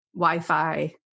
Wi-Fi